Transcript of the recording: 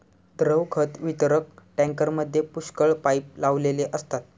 द्रव खत वितरक टँकरमध्ये पुष्कळ पाइप लावलेले असतात